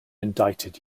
indicted